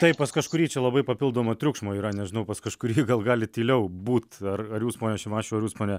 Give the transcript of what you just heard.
taip pas kažkurį čia labai papildomo triukšmo yra nežinau pas kažkurį gal galit tyliau būt ar ar jūs pone šimašiau ar jūs pone